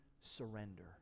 surrender